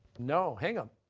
no, hingham?